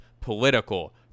political